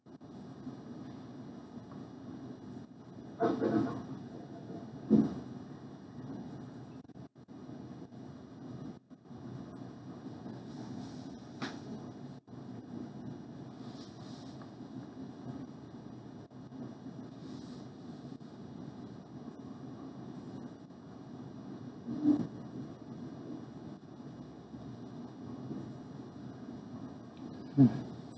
mm